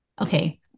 okay